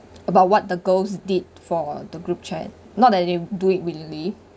about what the girls did for the group chat not that they do it willingly